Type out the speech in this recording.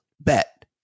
bet